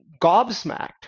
gobsmacked